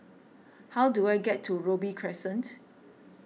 how do I get to Robey Crescent